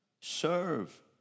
Serve